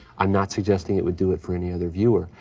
i'm not suggesting it would do it for any other viewer,